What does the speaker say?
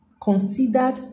considered